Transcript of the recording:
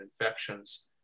infections